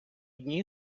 дні